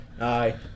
Aye